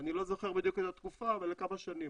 אני לא זוכר בדיוק את התקופה, אבל לכמה שנים.